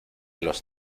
los